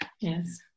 yes